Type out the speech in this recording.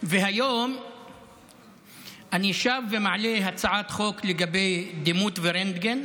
והיום אני שב ומעלה הצעת חוק לגבי דימות ורנטגן.